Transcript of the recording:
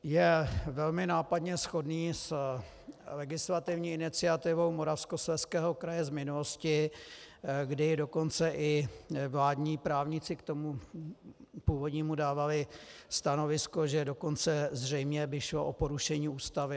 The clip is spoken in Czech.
Je velmi nápadně shodný s legislativní iniciativou Moravskoslezského kraje z minulosti, kdy dokonce i vládní právníci k tomu původnímu dávali stanovisko, že dokonce zřejmě by šlo o porušení Ústavy.